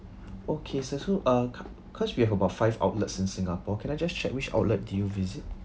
okay sir so uh cau~ cause we have about five outlets in singapore can I just check which outlet dis you visit